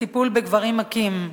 לטיפול בגברים מכים.